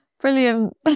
Brilliant